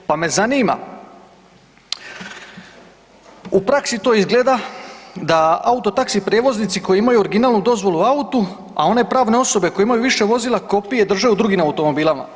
Pa me zanima u praksi to izgleda da auto taxi prijevoznici koji imaju originalnu dozvolu u autu, a one pravne osobe koje imaju više vozila kopije drže u drugim automobilima.